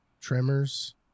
Tremors